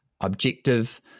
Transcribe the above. objective